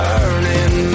Burning